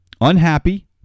unhappy